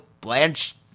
Blanche